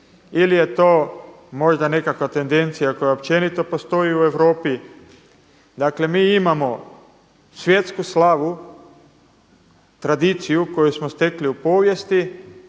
ili je to možda nekakva tendencija koja općenito postoji u Europi? Dakle, mi imamo svjetsku slavu, tradiciju koju smo stekli u povijesti,